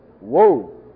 whoa